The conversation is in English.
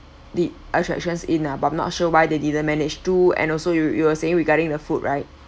the attractions in ah but I'm not sure why they didn't manage to and also you you were saying regarding the food right